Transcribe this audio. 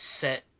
set